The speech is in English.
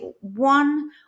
one